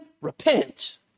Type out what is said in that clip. repent